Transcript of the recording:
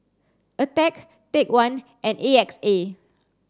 Attack Take One and A X A